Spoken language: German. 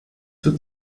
für